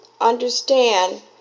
understand